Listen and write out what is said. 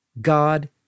God